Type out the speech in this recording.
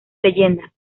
leyendas